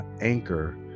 anchor